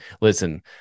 Listen